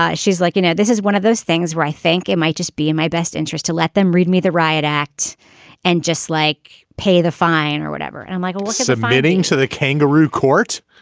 ah she's like you know this is one of those things where i think it might just be in my best interest to let them read me the riot act and just like pay the fine or whatever and i'm like oh look it's a meeting to the kangaroo court.